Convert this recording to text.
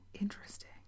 Interesting